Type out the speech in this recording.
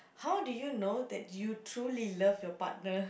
how do you know that you truly love your partner